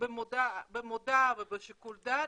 במודע ובשיקול דעת,